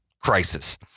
crisis